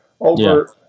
over